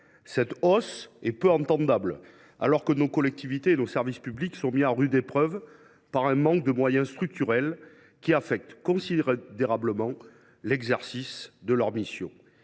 Cette hausse est peu acceptable, alors que nos collectivités territoriales et nos services publics sont mis à rude épreuve du fait d’un manque de moyens structurel qui affecte considérablement l’exercice de leurs missions.